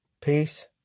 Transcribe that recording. Peace